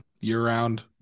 Year-round